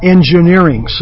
Engineering